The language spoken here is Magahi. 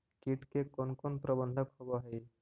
किट के कोन कोन प्रबंधक होब हइ?